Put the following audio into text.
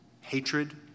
hatred